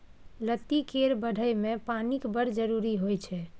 लत्ती केर बढ़य मे पानिक बड़ जरुरी होइ छै